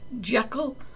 Jekyll